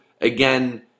again